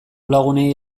lagunei